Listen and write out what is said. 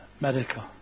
medical